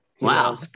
Wow